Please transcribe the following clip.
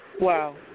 Wow